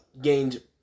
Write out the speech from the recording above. gained